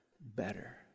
better